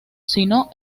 sino